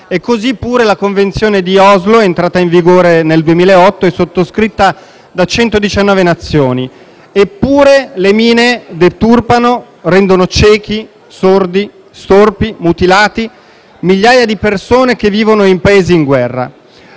e così pure la Convenzione di Oslo, entrata in vigore nel 2008, è sottoscritta da 119 Nazioni. Eppure, le mine deturpano, rendono cieche, sorde, storpie, mutilate migliaia di persone che vivono in Paesi in guerra.